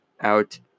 out